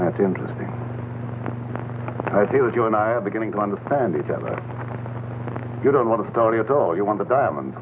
that's interesting i think that you and i are beginning to understand each other you don't want to study at all you will a diamond